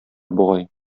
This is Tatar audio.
бугай